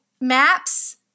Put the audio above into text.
maps